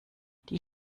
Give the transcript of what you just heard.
die